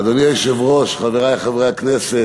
אדוני היושב-ראש, חברי חברי הכנסת,